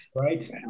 right